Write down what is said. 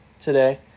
today